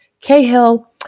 Cahill